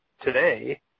today